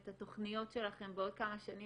את התכניות שלכם בעוד כמה שנים,